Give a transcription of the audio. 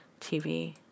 TV